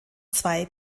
zwei